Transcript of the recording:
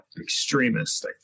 extremist